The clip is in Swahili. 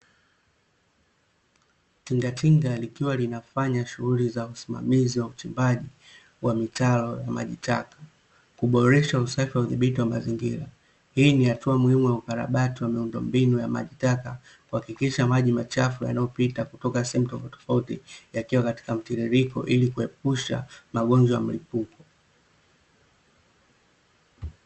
Tingatinga likiwa linafanya shughuli za usimamizi wa uchimbaji wa mitaro ya maji taka, kuboresha usafi wa udhibiti wa mazingira, hii ni hatua muhimu ya ukarabati wa miundo mbinu ya maji taka, kuhakikisha maji machafu yanayopita kutoka sehemu tofautitofauti yakiwa katika mtiririko ili kuepusha magonjwa ya mlipuko.